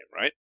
right